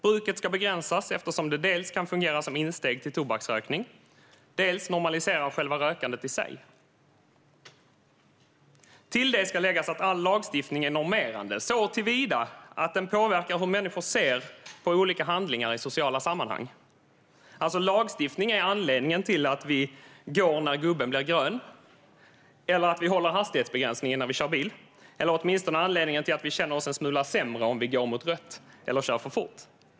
Bruket ska begränsas eftersom det dels kan fungera som insteg till tobaksrökning, dels normaliserar rökandet i sig. Till detta ska läggas att all lagstiftning är normerande, såtillvida att den påverkar hur människor ser på olika handlingar i sociala sammanhang. Lagstiftning är alltså anledningen till att vi går över gatan när gubben blir grön eller att vi håller hastighetsgränserna när vi kör bil - eller åtminstone anledningen till att vi känner oss en smula sämre om vi går mot rött eller kör för fort.